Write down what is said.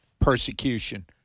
persecution